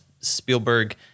Spielberg